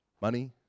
money